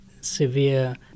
severe